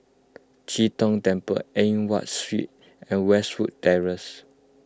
Chee Tong Temple Eng Watt Street and Westwood Terrace